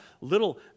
little